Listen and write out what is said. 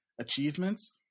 achievements